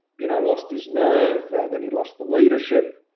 you know, lost his nerve. then he lost the leadership.